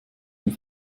dem